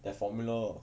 that formula